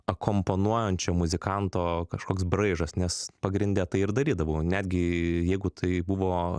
akompanuojančio muzikanto kažkoks braižas nes pagrinde tai ir darydavau netgi jeigu tai buvo